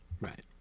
right